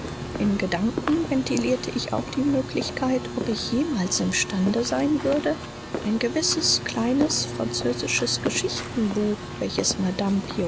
im gedanken ventilierte ich auch die möglichkeit ob ich jemals imstande sein würde ein gewisses kleines französisches geschichtenbuch welches madame